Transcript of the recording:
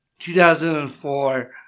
2004